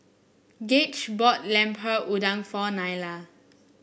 Gage bought Lemper Udang for Nyla